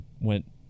went